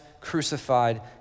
crucified